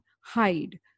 hide